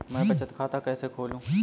मैं बचत खाता कैसे खोलूं?